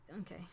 okay